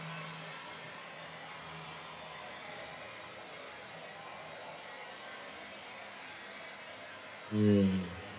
mm